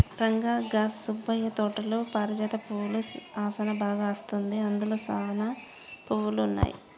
రంగా గా సుబ్బయ్య తోటలో పారిజాత పువ్వుల ఆసనా బాగా అస్తుంది, అందులో సానా పువ్వులు ఉన్నాయి